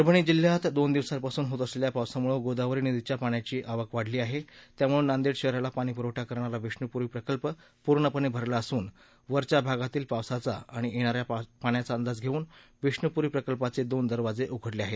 परभणी जिल्ह्यात दोन दिवसापासून होत असलेल्या पावसामुळं गोदावरी नदीच्या पाण्याची आवक वाढली आहे त्यामुळे नांदेड शहराला पाणीपुरवठा करणारा विष्णुपुरी प्रकल्प पुर्णपणे भरला असून वरच्या भागातील पावसाचा आणि येणाऱ्या पाण्याचा अंदाज घेऊन विष्णूप्री प्रकल्पाचे दोन दरवाजे उघडले आहेत